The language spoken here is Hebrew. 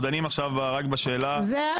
אנחנו דנים עכשיו רק בשאלה איפה --- דנים באכסנייה.